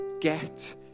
Get